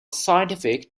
scientific